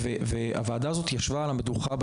הוועדה הזאת ישבה על המדוכה,